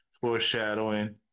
foreshadowing